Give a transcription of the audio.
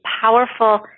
powerful